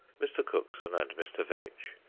mr. cookson and mr. veitch,